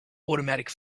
automatic